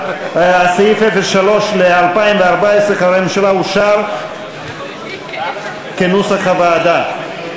סעיף 03, חברי ממשלה, לשנת הכספים 2013, נתקבל.